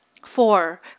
Four